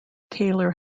taylor